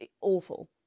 awful